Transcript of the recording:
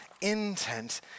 intent